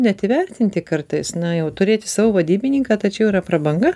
net įvertinti kartais na jau turėti savo vadybininką tai čia jau yra prabanga